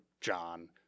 John